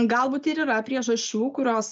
galbūt ir yra priežasčių kurios